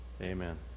amen